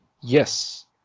yes